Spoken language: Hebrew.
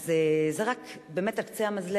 אז זה באמת רק על קצה המזלג,